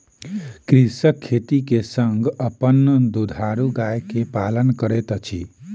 कृषक खेती के संग अपन दुधारू गाय के पालन करैत अछि